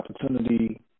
opportunity